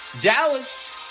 Dallas